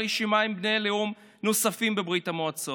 רשימה עם בני לאום נוספים בברית המועצות.